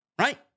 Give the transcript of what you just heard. right